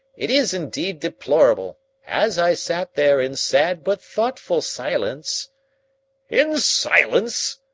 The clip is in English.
it is indeed deplorable. as i sat there in sad but thoughtful silence in silence!